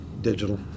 Digital